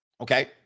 Okay